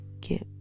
get